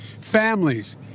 families